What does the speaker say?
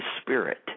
Spirit